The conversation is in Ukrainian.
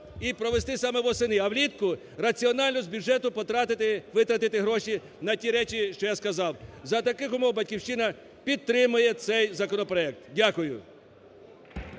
І провести саме восени. А в літку раціонально з бюджету витратити гроші на ті речі, що я сказав. За таких умов "Батьківщина" підтримає цей законопроект. Дякую.